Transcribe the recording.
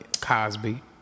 Cosby